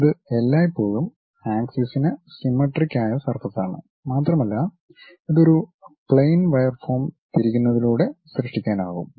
ഇത് എല്ലായ്പ്പോഴും ആക്സിസിന് സിമ്മെട്രിക് ആയ സർഫസ് ആണ് മാത്രമല്ല ഇത് ഒരു പ്ലെയിൻ വയർ ഫോം തിരിക്കുന്നതിലൂടെ സൃഷ്ടിക്കാനാകും